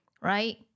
right